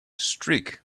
streak